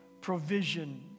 provision